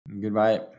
Goodbye